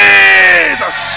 Jesus